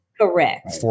Correct